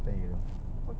a'ah